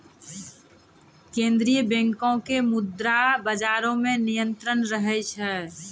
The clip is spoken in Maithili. केन्द्रीय बैंको के मुद्रा बजारो मे नियंत्रण रहै छै